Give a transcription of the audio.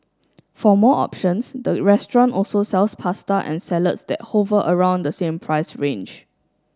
for more options the restaurant also sells pasta and salads that hover around the same price range